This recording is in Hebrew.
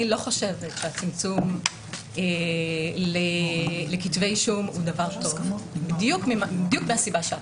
אני לא חושבת שהצמצום לכתבי אישום הוא דבר טוב בדיוק מהסיבה שאמרת.